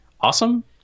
awesome